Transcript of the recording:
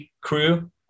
crew